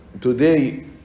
today